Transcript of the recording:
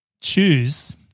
choose